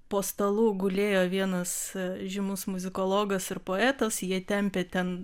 po stalu gulėjo vienas žymus muzikologas ir poetas jie tempė ten